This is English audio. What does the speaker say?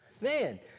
Man